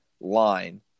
line